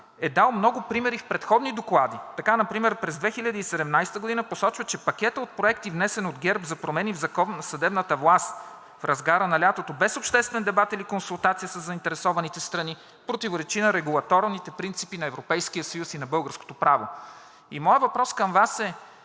е дал много примери в предходни доклади. Така например през 2017 г. посочва, че пакетът от проекти, внесен от ГЕРБ, за промени в Закона за съдебната власт в разгара на лятото без обществен дебат или консултация със заинтересованите страни противоречи на регулаторните принципи на Европейския съюз и на българското право. И моят въпрос към Вас е: